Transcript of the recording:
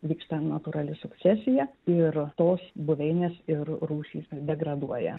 vyksta natūrali sukcesija ir tos buveinės ir rūšys degraduoja